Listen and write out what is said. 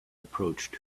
approached